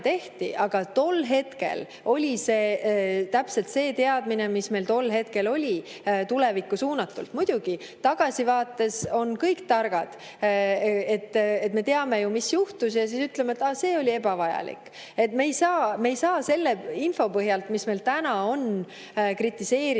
Aga tol hetkel oli täpselt see teadmine, mis meil oli, tulevikku suunatult. Muidugi, tagasivaates on kõik targad. Me teame ju, mis juhtus, ja siis ütleme, et see oli ebavajalik. Me ei saa selle info põhjal, mis meil täna on, kritiseerida